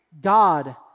God